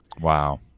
Wow